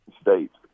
states